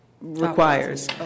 requires